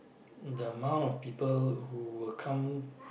the amount of people who will come